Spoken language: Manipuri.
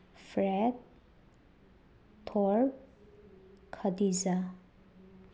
ꯐ꯭ꯔꯦꯠ ꯊꯣꯔ ꯈꯗꯤꯖꯥ